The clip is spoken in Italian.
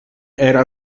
era